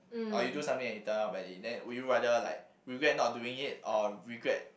or you do something and it turn out badly then would you rather like regret not doing it or regret